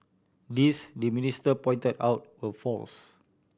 these the minister pointed out were false